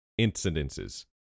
incidences